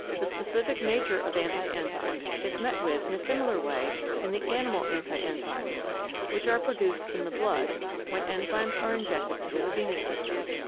the specific nature of anti-enzymes is met with in a similar way in the animal anti-enzymes which are produced in the blood when enzymes are injected into the venous system.